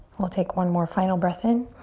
we'll take one more final breath in